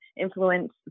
influence